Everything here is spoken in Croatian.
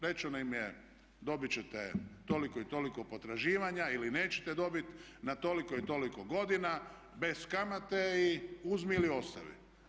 Rečeno im je dobit ćete toliko i toliko potraživanja, ili nećete dobiti, na toliko i toliko godina bez kamate i uzmi ili ostavi.